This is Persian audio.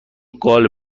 قال